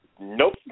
nope